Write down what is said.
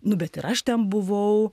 nu bet ir aš ten buvau